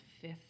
fifth